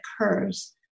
occurs